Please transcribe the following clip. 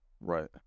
Right